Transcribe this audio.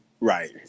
Right